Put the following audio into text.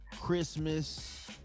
christmas